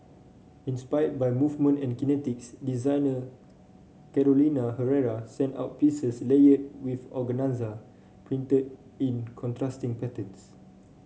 inspired by movement and kinetics designer Carolina Herrera sent out pieces layered with organza printed in contrasting patterns